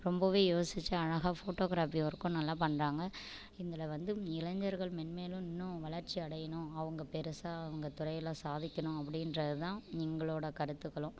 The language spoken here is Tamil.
ரொம்பவே யோசிச்சு அழகாக ஃபோட்டோகிராஃபி ஒர்க்கும் நல்லா பண்ணுறாங்க இதில் வந்து இளைஞர்கள் மென்மேலும் இன்னும் வளர்ச்சி அடையணும் அவங்க பெருசாக அவங்க துறையில் சாதிக்கணும் அப்படின்றது தான் எங்களோட கருத்துக்களும்